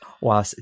Wow